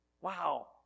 Wow